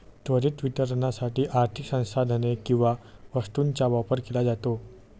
त्वरित वितरणासाठी आर्थिक संसाधने किंवा वस्तूंचा व्यापार केला जातो